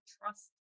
trust